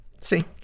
See